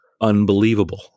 unbelievable